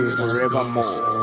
forevermore